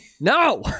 No